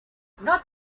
not